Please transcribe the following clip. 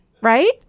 right